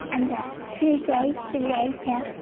and a few days later